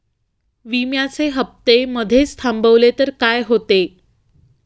विम्याचे हफ्ते मधेच थांबवले तर काय होते?